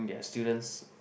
their students